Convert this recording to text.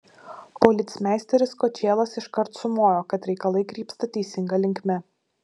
policmeisteris kočėlas iškart sumojo kad reikalai krypsta teisinga linkme